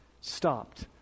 stopped